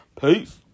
Peace